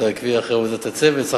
תעקבי אחרי עבודת הצוות.